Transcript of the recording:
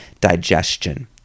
digestion